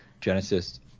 genesis